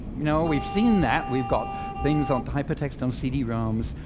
you know, we've seen that we've got things on hypertext on cd-roms.